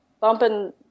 bumping